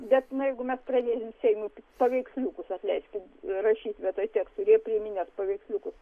bet na jeigu mes pradėsim seimui paveiksliukus atleiskit rašyt vietoj tekstų ir jie priiminės paveiksliukus